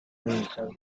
results